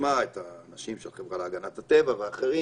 שנשמע את האנשים של החברה להגנת הטבע ואחרים